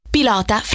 Pilota